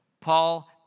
Paul